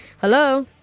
Hello